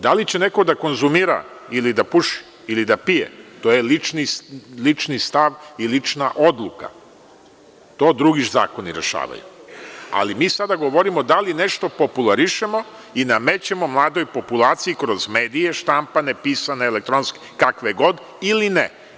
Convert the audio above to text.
Da li će neko da konzumira ili da puši, ili da pije, to je lični stav i lična odluka, to drugi zakoni rešavaju, ali mi sada govorimo da li nešto popularišemo i namećemo mladoj populaciji kroz medije štampane, pisane, elektronske, kakve god, ili ne.